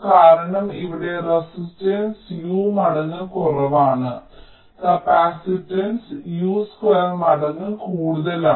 കാരണം ഇവിടെ resistance U മടങ്ങ് കുറവാണ് കപ്പാസിറ്റൻസ് U2 മടങ്ങ് കൂടുതലാണ്